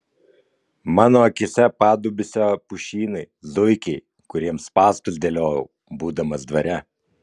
mano akyse padubysio pušynai zuikiai kuriems spąstus dėliojau būdamas dvare